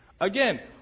Again